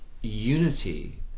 unity